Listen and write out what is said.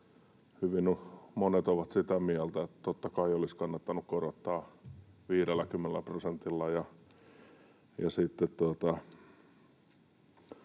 monet ovat sitä mieltä, että totta kai olisi kannattanut korottaa 50 prosentilla